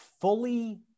fully